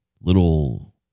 little